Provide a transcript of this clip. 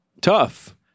tough